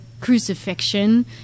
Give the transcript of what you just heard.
crucifixion